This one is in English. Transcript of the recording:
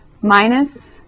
minus